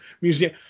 museum –